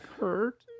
hurt